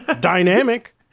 dynamic